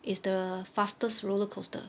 is the fastest roller coaster